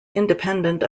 independent